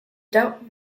doubt